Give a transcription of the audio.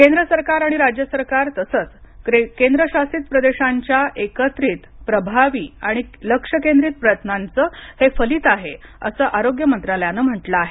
केंद्र सरकार आणि राज्य सरकार तसंच केंद्रशासित प्रदेशांच्या एकत्रित प्रभावी आणि लक्ष्यकेंद्रीत प्रयत्नांचं हे फलित आहे असं आरोग्य मंत्रालयानं म्हटलं आहे